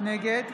נגד